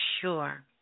sure